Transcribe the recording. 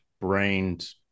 brained